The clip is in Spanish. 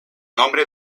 nombre